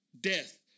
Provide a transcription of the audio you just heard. death